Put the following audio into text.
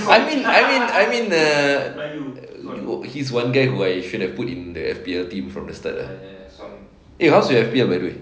I mean I mean I mean the work he's one guy who I should have put in the E_P_L team from the start ah eh how's your E_P_L by the way